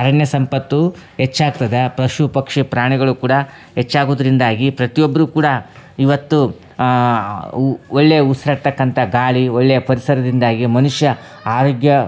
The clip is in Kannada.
ಅರಣ್ಯ ಸಂಪತ್ತು ಹೆಚ್ಚಾಗ್ತದ ಪಶು ಪಕ್ಷಿ ಪ್ರಾಣಿಗಳು ಕೂಡ ಹೆಚ್ಚಾಗೋದ್ರಿಂದಾಗಿ ಪ್ರತಿಯೊಬ್ಬರು ಕೂಡ ಇವತ್ತು ಉ ಒಳ್ಳೆಯ ಉಸಿರಾಡ್ತಕ್ಕಂಥ ಗಾಳಿ ಒಳ್ಳೆಯ ಪರಿಸರದಿಂದಾಗಿ ಮನುಷ್ಯ ಆರೋಗ್ಯ